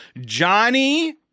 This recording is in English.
Johnny